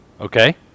okay